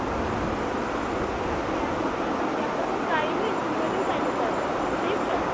اۭں اَسہِ چھُ یَتھ آسان یُس ییٚمہِ ساتہٕ اَسہِ ٹایِم یی أسۍ یِموے تیٚلہِ تَمی ساتَن ٹھیٖک چھا